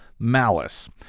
Malice